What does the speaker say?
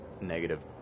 negative